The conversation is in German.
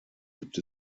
gibt